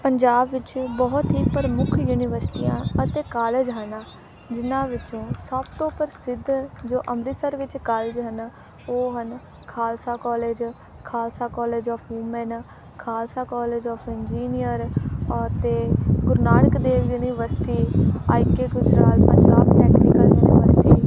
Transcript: ਪੰਜਾਬ ਵਿੱਚ ਬਹੁਤ ਹੀ ਪ੍ਰਮੁੱਖ ਯੂਨੀਵਰਸਿਟੀਆਂ ਅਤੇ ਕਾਲਜ ਹਨ ਜਿਹਨਾਂ ਵਿੱਚੋਂ ਸਭ ਤੋਂ ਪ੍ਰਸਿੱਧ ਜੋ ਅੰਮ੍ਰਿਤਸਰ ਵਿੱਚ ਕਾਲਜ ਹਨ ਉਹ ਹਨ Khalsa college Khalsa college of women Khalsa college of engineer ਔਰ ਅਤੇ Guru Nanak Dev university I K Gujral Punjab technical university